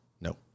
No